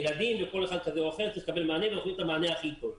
ילדים וכל אחד צריכים לקבל את המענה ואנחנו נותנים את המענה הכי טוב.